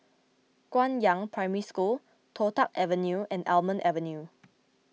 Guangyang Primary School Toh Tuck Avenue and Almond Avenue